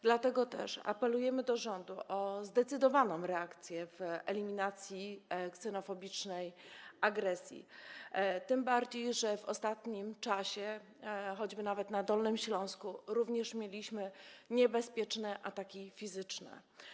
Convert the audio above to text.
Dlatego też apelujemy do rządu o zdecydowaną reakcję w zakresie eliminacji ksenofobicznej agresji, tym bardziej że w ostatnim czasie, choćby nawet na Dolnym Śląsku, również mieliśmy niebezpieczne ataki fizyczne.